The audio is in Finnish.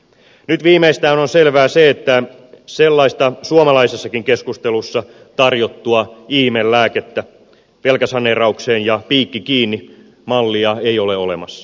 nyt viimeistään on selvää se että suomalaisessakin keskustelussa tarjottua ihmelääkettä velkasaneeraukseen ja piikki kiinni mallia ei ole olemassa